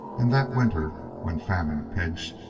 and that winter, when famine pinched,